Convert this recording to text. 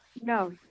No